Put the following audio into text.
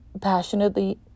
passionately